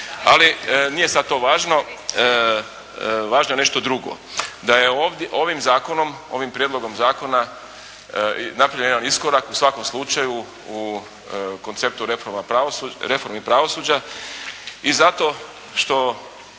Ali, nije sad to važno. Važno je nešto drugo, da je ovim zakonom, ovim prijedlogom zakona napravljen jedan iskorak u svakom slučaju u konceptu reformi pravosuđa i zato što